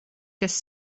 kas